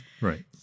Right